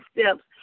steps